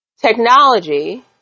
technology